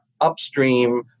upstream